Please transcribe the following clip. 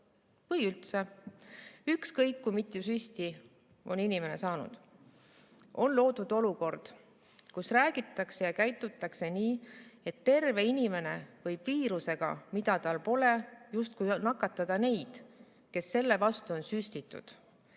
või üldse mitte, ükskõik mitu süsti on inimene saanud. On loodud olukord, kus räägitakse ja käitutakse nii, et terve inimene võib viirusega, mida tal pole, justkui nakatada neid, kes selle vastu on süstitud.